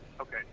Okay